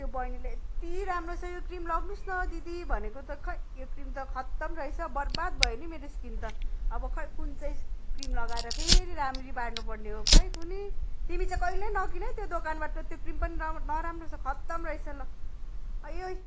त्यो बहिनीले यति राम्रो छ यो क्रिम लाउनुहोस् न दिदी भनेको त खै यो क्रिम त खत्तम रहेछ बर्बाद भयो नि मेरो स्किन त अब खै कुन चाहिँ क्रिम लगाएर फेरि राम्री पार्नु पर्ने हो खै कुन्नि तिमी चाहिँ कहिल्यै न किन है त्यो दोकानबाट त्यो क्रिम पनि राम नराम्रो छ खत्तम रहेछ ल